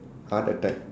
heart attack